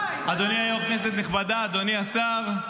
אדוני היושב-ראש, כנסת נכבדה, אדוני השר,